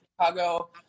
Chicago